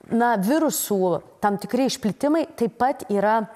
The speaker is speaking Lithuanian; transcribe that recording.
na virusų tam tikri išplitimai taip pat yra